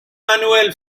manuel